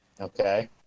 Okay